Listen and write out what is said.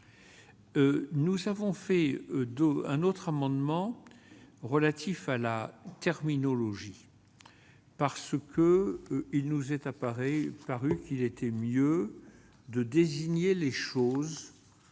Nous avons fait d'eau, un autre amendement relatif à la terminologie parce que eux ils nous est appareil paru qu'il était mieux de désigner les choses